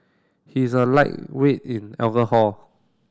he is a lightweight in alcohol